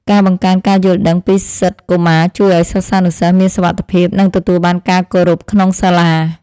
ការបង្កើនការយល់ដឹងពីសិទ្ធិកុមារជួយឱ្យសិស្សានុសិស្សមានសុវត្ថិភាពនិងទទួលបានការគោរពក្នុងសាលា។